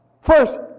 First